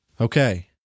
okay